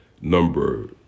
number